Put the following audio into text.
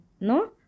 no